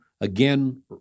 again